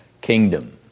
kingdom